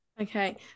Okay